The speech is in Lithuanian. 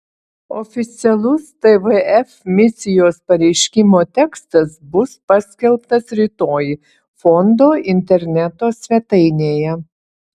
oficialus tvf misijos pareiškimo tekstas bus paskelbtas rytoj fondo interneto svetainėje